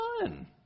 fun